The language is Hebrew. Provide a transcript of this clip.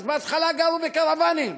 אז בהתחלה גרו בקרוונים,